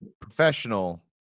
professional